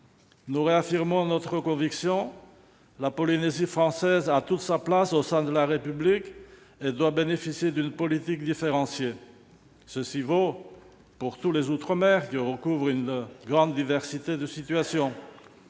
Nous réaffirmons notre conviction : la Polynésie française a toute sa place au sein de la République et doit bénéficier d'une politique différenciée. Cette remarque vaut pour tous les outre-mer, qui recouvrent une grande diversité de situations.